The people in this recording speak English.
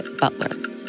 Butler